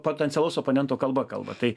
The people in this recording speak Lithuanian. potencialaus oponento kalba kalba tai